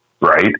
Right